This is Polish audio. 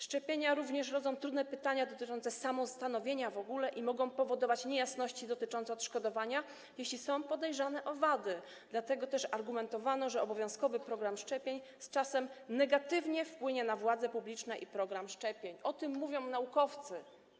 Szczepienia również rodzą trudne pytania dotyczące samostanowienia w ogóle i mogą powodować niejasności dotyczące odszkodowania, jeśli są podejrzane o wady, dlatego też argumentowano, że obowiązkowy program szczepień z czasem negatywnie wpłynie na władze publiczne i program szczepień - o tym mówią naukowcy.